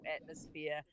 atmosphere